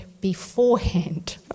beforehand